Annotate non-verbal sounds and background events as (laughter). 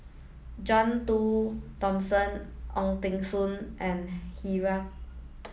John Do Thomson Ong Teng soon and (unintelligible)